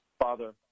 father